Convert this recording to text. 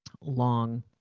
long